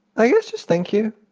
i guess just thank you.